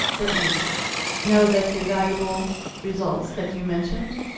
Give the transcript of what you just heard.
certainly know that the valuable results that you mentioned